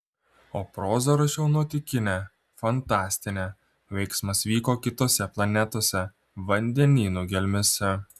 o prozą rašiau nuotykinę fantastinę veiksmas vyko kitose planetose vandenynų gelmėse